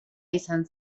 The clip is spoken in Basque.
izan